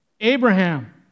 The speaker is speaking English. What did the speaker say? Abraham